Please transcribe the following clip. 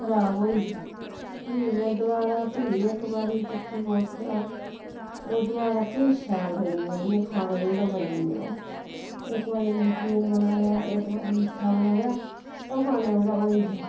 खराब होई गेआ फ्ही में दबारा फ्ही इक बारी कीती कोशत तां ओह् दबारा फ्ही शैल बनी गेआ इ'यां खाना जुड़ा बनी गेआ ओह् इक बारी नमकीन बनाया इक बारी मिट्ठा बनाया बा खाने उड़ा होई गेआ